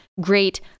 great